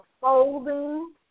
folding